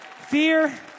fear